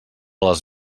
les